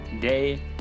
day